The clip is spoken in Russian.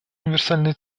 универсальные